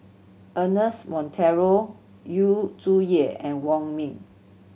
Ernest Monteiro Yu Zhuye and Wong Ming